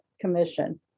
commission